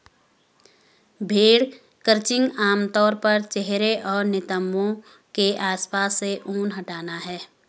भेड़ क्रचिंग आम तौर पर चेहरे और नितंबों के आसपास से ऊन हटाना है